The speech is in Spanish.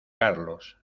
carlos